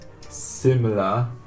similar